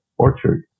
orchard